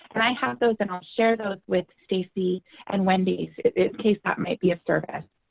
and i have those and i'll share those with stacey and wendy in case that might be of service.